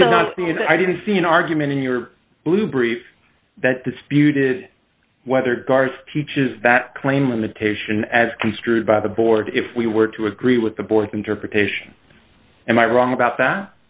that i didn't see an argument in your blue briefs that disputed whether guards teaches that claim limitation as construed by the board if we were to agree with the board interpretation am i wrong about that